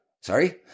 Sorry